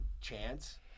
chance